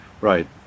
Right